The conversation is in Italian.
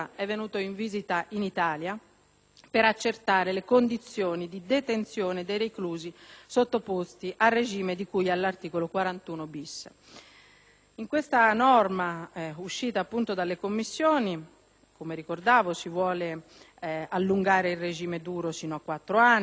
per accertare le condizioni di detenzione dei reclusi sottoposti al regime di cui all'articolo 41-*bis*. In questa norma uscita dalle Commissioni, come ricordavo, si vuole allungare il regime duro sino a quattro anni, prorogabili all'infinito,